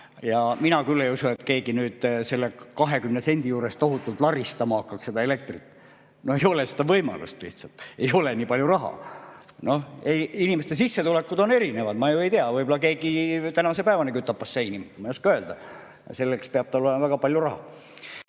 Mina küll ei usu, et keegi selle 20 sendi juures tohutult elektrit laristama hakkaks. No ei ole seda võimalust lihtsalt, ei ole nii palju raha. Inimeste sissetulekud on erinevad. Ma ju ei tea, võib-olla keegi tänase päevani kütab basseini, ma ei oska öelda. Aga selleks peab tal olema väga palju raha.